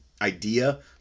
idea